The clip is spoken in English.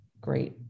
great